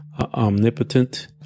omnipotent